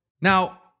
Now